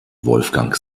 wolfgang